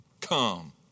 come